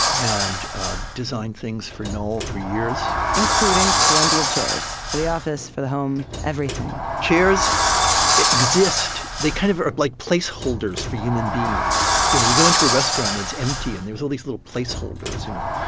and ah design things for knoll for years including plenty of chairs. for the office, for the home. everything chairs exist. they kind of are like placeholders for human beings. you know, you go into a restaurant that's empty and there's all these little placeholders, you know.